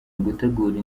ugutegura